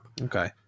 Okay